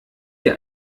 ihr